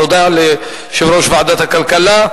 תודה ליושב-ראש ועדת הכלכלה.